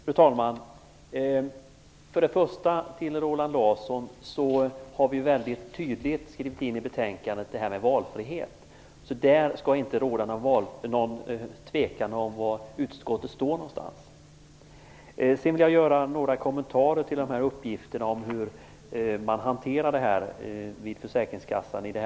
Fru talman! Först vill jag säga till Roland Larsson att vi har skrivit mycket tydligt om valfriheten i betänkandet. Det skall därför inte råda något tvivel om var utskottet står någonstans. Sedan vill jag göra några kommentarer till uppgifterna om hur detta hanteras av försäkringskassan.